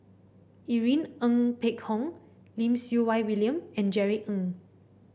Irene Ng Phek Hoong Lim Siew Wai William and Jerry Ng